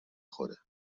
خوره